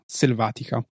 selvatica